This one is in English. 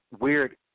weird